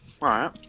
right